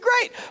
great